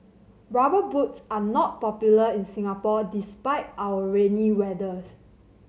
Rubber Boots are not popular in Singapore despite our rainy weather